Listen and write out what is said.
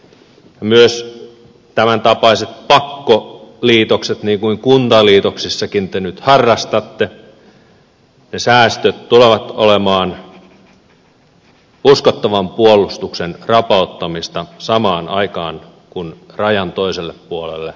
myös tämäntapaisissa pakkoliitoksissa mitä kuntaliitoksissakin te nyt harrastatte ne säästöt tulevat olemaan uskottavan puolustuksen rapauttamista samaan aikaan kun rajan toiselle puolelle tuodaan rautaa